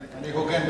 רק שנייה, אני אעצור.